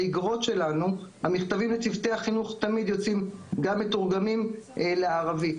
האגרות שלנו והמכתבים לצוותי החינוך תמיד יוצאים גם מתורגמים לערבית.